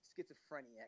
schizophrenic